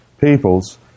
peoples